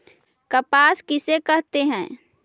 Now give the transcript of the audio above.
कपास किसे कहते हैं?